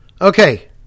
Okay